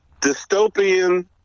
dystopian